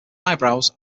eyebrows